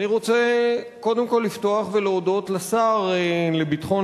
אני רוצה קודם כול לפתוח ולהודות לשר לביטחון